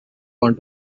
want